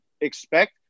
expect –